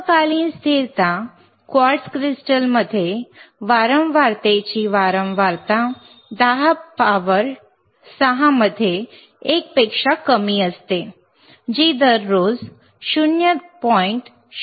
अल्पकालीन स्थिरता क्वार्ट्ज क्रिस्टलमध्ये वारंवारतेची वारंवारता 106 मध्ये 1 पेक्षा कमी असते जी दररोज 0